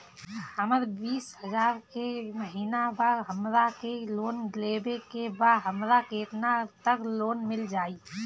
हमर बिस हजार के महिना बा हमरा के लोन लेबे के बा हमरा केतना तक लोन मिल जाई?